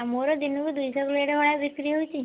ଆ ମୋର ଦିନକୁ ଦୁଇଶହ ପ୍ଲେଟ୍ ଭଳିଆ ବିକ୍ରି ହେଉଛି